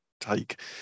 take